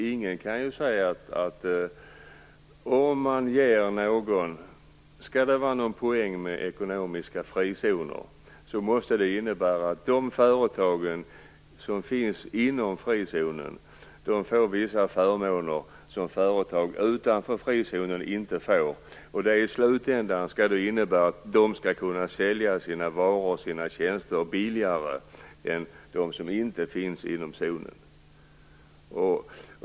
Skall det vara någon poäng med ekonomiska frizoner måste de företag som finns inom frizonen få vissa förmåner som företag utanför frizonen inte får. I slutändan skall det innebära att de kan sälja sina varor och sina tjänster billigare än de företag som inte finns inom zonen.